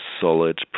solid